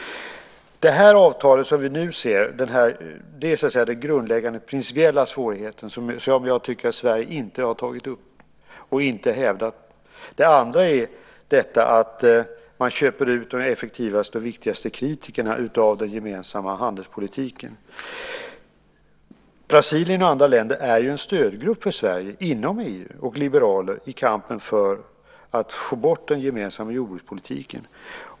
Det avtal som vi nu ser är den grundläggande, principiella svårighet som jag inte tycker att Sverige har tagit upp och hävdat. Den andra är detta att man köper ut de effektivaste och viktigaste kritikerna av den gemensamma handelspolitiken. Brasilien och andra länder är en stödgrupp för Sverige och för liberaler inom EU i kampen för att få bort den gemensamma jordbrukspolitiken.